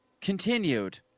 continued